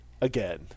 again